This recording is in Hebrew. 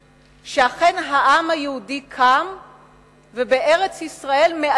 שאכן העם היהודי קם ובארץ-ישראל מעצב את גורלו,